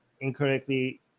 Incorrectly